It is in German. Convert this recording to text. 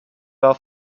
war